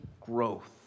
growth